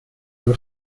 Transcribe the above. due